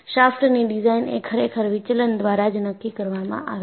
શાફ્ટની design એ ખરેખર વિચલન દ્વારા જ નક્કી કરવામાં આવે છે